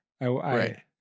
Right